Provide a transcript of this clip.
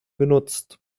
genutzt